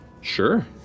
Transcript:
Sure